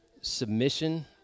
submission